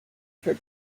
for